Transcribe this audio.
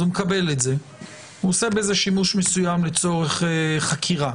אז הוא מקבל את זה ועושה בזה שימוש מסוים לצורך חקירה.